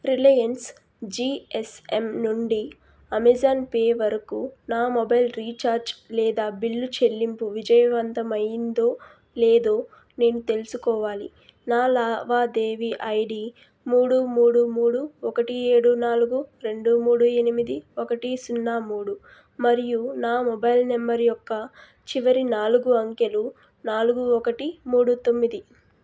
Reliance GSM నుండి Amazon Pay వరకు నా మొబైల్ రీఛార్జ్ లేదా బిల్లు చెల్లింపు విజయవంతమయ్యిందో లేదో నేను తెలుసుకోవాలి నా లావాదేవీ ఐడీ మూడు మూడు మూడు ఒకటి ఏడు నాలుగు రెండు మూడు ఎనిమిది ఒకటి సున్నా మూడు మరియు నా మొబైల్ నెంబర్ యొక్క చివరి నాలుగు అంకెలు నాలుగు ఒకటి మూడు తొమ్మిది